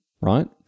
right